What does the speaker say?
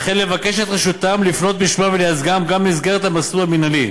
וכן לבקש את רשותם לפנות בשמם ולייצגם גם במסגרת המסלול המינהלי.